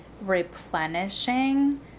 replenishing